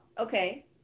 okay